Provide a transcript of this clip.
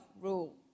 rule